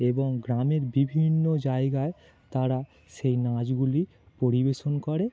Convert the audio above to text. এবং গ্রামের বিভিন্ন জায়গায় তারা সেই নাচগুলি পরিবেশন করে